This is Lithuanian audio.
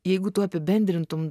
jeigu tu apibendrintum